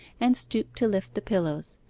and stooped to lift the pillows.